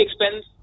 expense